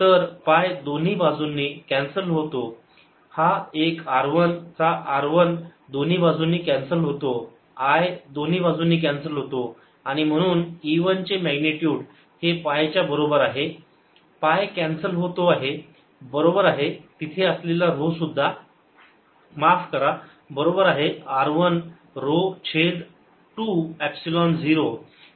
तर पाय दोन्ही बाजूंनी कॅन्सल होतो हा एक r 1 चा r 1 दोन्ही बाजूंनी कॅन्सल होतो l दोन्ही बाजूंनी कॅन्सल होतो आणि म्हणून E 1 चे मॅग्निट्युड हे पाय च्या बरोबर आहे पाय कॅन्सल होतो आहे बरोबर आहे तिथे असलेला ऱ्हो सुद्धा माफ करा बरोबर आहे r 1 ऱ्हो छेद 2 एपसिलोन 0